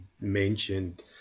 mentioned